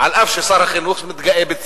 אף ששר החינוך מתגאה,